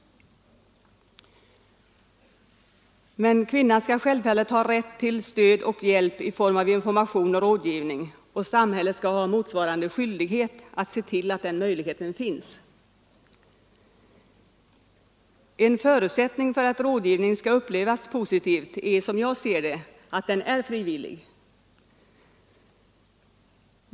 Men kvinnan skall ha rätt till stöd och hjälp i form av information och rådgivning, och samhället skall ha motsvarande skyldighet att se till att den möjligheten finns. En förutsättning för att rådgivning skall upplevas positivt är, som jag ser det, att den är frivillig.